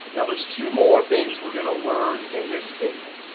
now, there's two more things we're going to learn in this video.